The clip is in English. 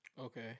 Okay